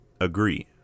agree